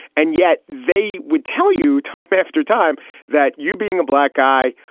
and yet they would tell you time after time that you being a black guy,